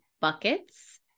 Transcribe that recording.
buckets